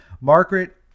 Margaret